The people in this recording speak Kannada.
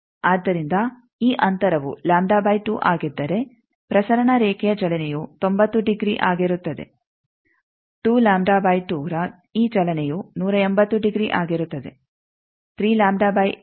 ಆದ್ದರಿಂದ ಈ ಅಂತರವು ಆಗಿದ್ದರೆ ಪ್ರಸರಣ ರೇಖೆಯ ಚಲನೆಯು 90 ಡಿಗ್ರಿ ಆಗಿರುತ್ತದೆ ರ ಈ ಚಲನೆಯು 180 ಡಿಗ್ರಿ ಆಗಿರುತ್ತದೆ 370 ಡಿಗ್ರಿ ಆಗಿರುತ್ತದೆ